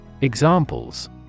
Examples